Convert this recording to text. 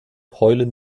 heulen